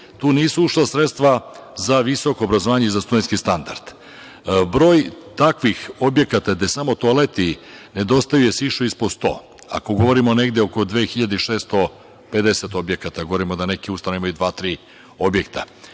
Tu nisu ušla sredstva za visoko obrazovanje i za studentski standard. Broj takvih objekata gde samo toaleti nedostaju je sišao ispod 100 ako govorimo negde oko 2.650 objekata. Govorimo da neke ustave imaju dva, tri objekta.